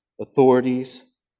authorities